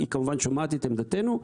היא כמובן שומעת את עמדתנו.